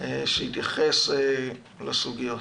שיתייחס לסוגיות.